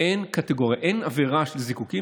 אין עבירה של זיקוקים,